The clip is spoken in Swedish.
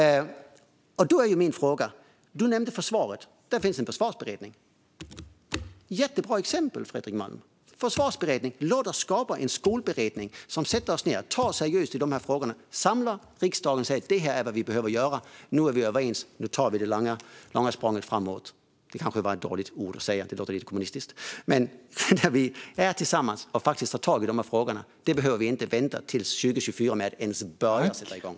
Ledamoten nämnde försvaret. Det finns en försvarsberedning. Det är ett jättebra exempel, Fredrik Malm! Låt oss skapa en skolberedning som sätter sig ned, tar seriöst i de här frågorna, samlar riksdagen och talar om vad som behöver göras, kommer överens och tar det långa språnget framåt. Det kanske var ett dåligt ordval - det låter lite kommunistiskt. Men för att tillsammans faktiskt ta tag i dessa frågor behöver vi inte vänta till 2024 med att sätta i gång.